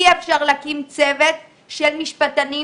אי אפשר להקים צוות של משפטנים,